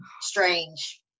Strange